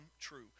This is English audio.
true